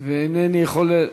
2540 ו-2541.